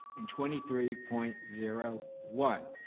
and twenty three point zero one.